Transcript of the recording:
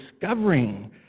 discovering